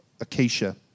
Acacia